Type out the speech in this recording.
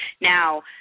Now